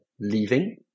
leaving